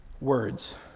words